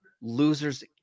losers